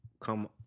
come